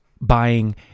buying